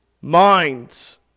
minds